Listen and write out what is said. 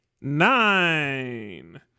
Nine